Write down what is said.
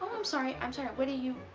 i'm sorry i'm sorry. what are you?